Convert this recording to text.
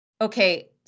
okay